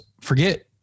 forget